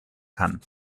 kann